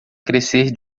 crescer